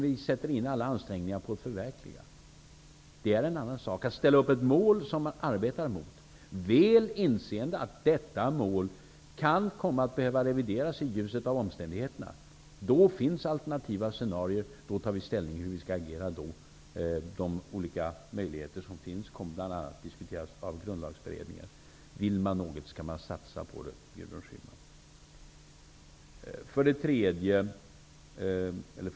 Vi sätter in alla ansträngningar för att förverkliga den. Man har ställt upp ett mål som man går mot, väl inseende att detta mål kan komma att behöva revideras i ljuset av omständigheterna. Då finns alternativa scenarier, och då tar vi ställning till hur vi skall agera. De olika möjligheter som finns kommer bl.a. att diskuteras av grundlagsberedningen. Vill man någonting, Gudrun Schyman, skall man satsa på det.